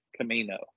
Camino